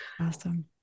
Awesome